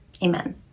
Amen